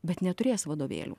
bet neturės vadovėlių